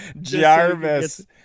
Jarvis